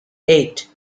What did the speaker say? eight